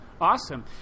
Awesome